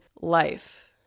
life